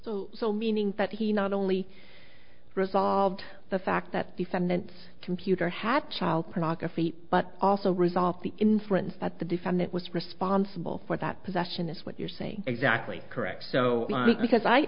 defendant so meaning that he not only resolved the fact that the segments computer had child pornography but also resolve the inference that the defendant was responsible for that possession is what you're saying exactly correct so because i